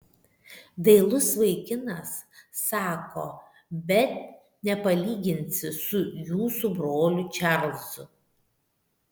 dailus vaikinas sako bet nepalyginsi su jūsų broliu čarlzu